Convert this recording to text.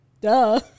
Duh